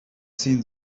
seen